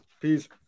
Peace